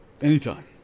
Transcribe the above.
Anytime